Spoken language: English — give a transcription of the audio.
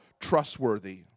trustworthy